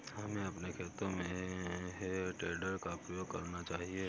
हमें अपने खेतों में हे टेडर का प्रयोग करना चाहिए